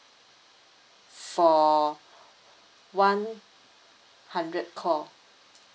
for one hundred call